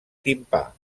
timpà